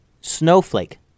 Snowflake